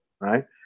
right